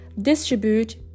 distribute